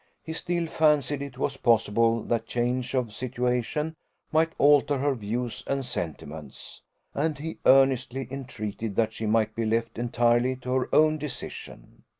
he still fancied it was possible that change of situation might alter her views and sentiments and he earnestly entreated that she might be left entirely to her own decision.